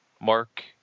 Mark